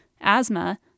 asthma